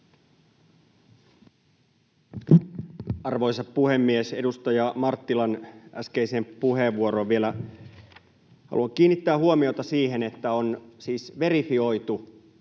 Arvoisa puhemies! Edustaja Marttilan äskeiseen puheenvuoroon vielä. Haluan kiinnittää huomiota siihen, että on siis verifioitu,